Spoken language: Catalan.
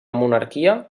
monarquia